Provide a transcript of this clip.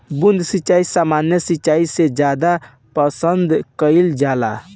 बूंद सिंचाई सामान्य सिंचाई से ज्यादा पसंद कईल जाला